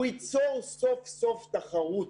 הוא ייצור סוף סוף תחרות.